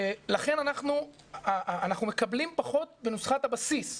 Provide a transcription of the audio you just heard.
לכן אנחנו מקבלים פחות בנוסחת הבסיס.